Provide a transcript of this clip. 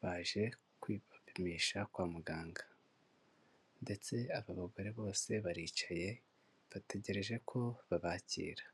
baje kwipimisha kwa muganga, ndetse aba bagore bose baricaye, bategereje ko babakira.